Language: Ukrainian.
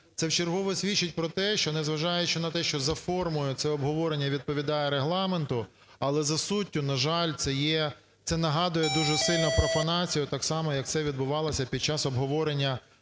Це в чергове свідчить про те, що, незважаючи на те, що за формою це обговорення відповідає Регламенту, але за суттю, на жаль, це є… це нагадує дуже сильно профанацію так само, як це відбувалося під час обговорення кодексів